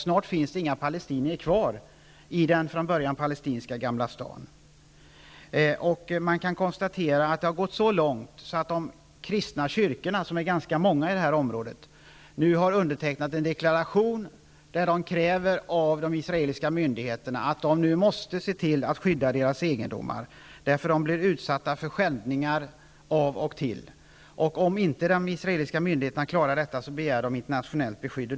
Snart finns det inga palestinier kvar i den från början palestinska Gamla stan. Det har gått så långt att de kristna kyrkorna, som är ganska många i det här området, nu har undertecknat en deklaration där de kräver av de israeliska myndigheterna att dessa nu måste se till att skydda kyrkans egendomar. Kyrkorna blir av och till utsatta för skändningar. Om de israeliska myndigheterna inte klarar detta, kommer de att begära internationellt beskydd.